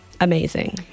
amazing